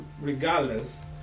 regardless